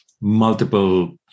multiple